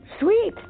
sweet